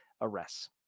arrests